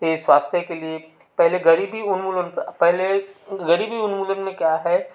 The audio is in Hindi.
यह स्वास्थ्य के लिए पहले गरीबी उन्मूलन में पहले गरीबी उन्मूलन में क्या है